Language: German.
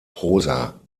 prosa